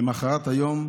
ולמוחרת היום,